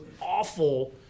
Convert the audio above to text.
awful